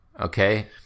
okay